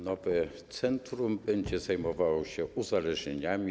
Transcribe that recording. Nowe centrum będzie zajmowało się uzależnieniami.